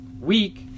week